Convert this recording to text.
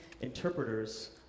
interpreters